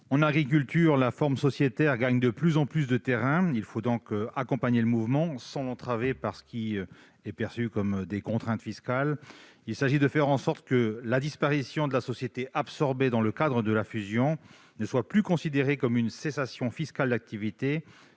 En agriculture, la forme sociétaire gagne de plus en plus de terrain ; il faut donc accompagner ce mouvement et ne pas l'entraver par ce qui est perçu comme des contraintes fiscales. Il s'agit de faire en sorte que la disparition de la société absorbée dans le cadre de la fusion ne soit plus considérée comme une cessation fiscale d'activité.